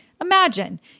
imagine